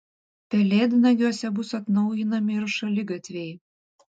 pelėdnagiuose bus atnaujinami ir šaligatviai